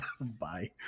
Bye